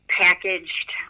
packaged –